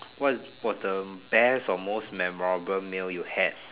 what was the best or most memorable meal you had